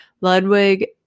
Ludwig